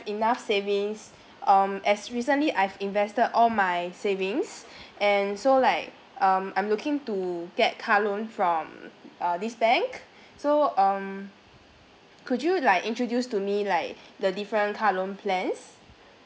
enough savings um as recently I've invested all my savings and so like um I'm looking to get car loan from uh this bank so um could you like introduce to me like the different car loan plans